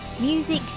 music